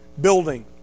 building